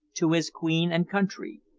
to his queen and country,